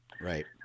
right